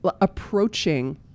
approaching